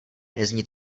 nezní